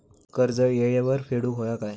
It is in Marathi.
कर्ज येळेवर फेडूक होया काय?